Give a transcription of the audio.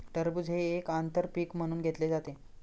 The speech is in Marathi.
टरबूज हे एक आंतर पीक म्हणून घेतले जाते